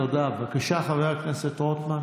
קח אותו ותמשיכו את הוויכוח בפרסה.